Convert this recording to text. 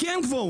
כי אין קוורום,